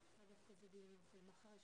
הצעה לדיון מהיר של חבר הכנסת אופיר